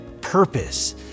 purpose